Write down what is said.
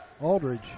Aldridge